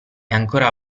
ancora